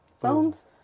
Phones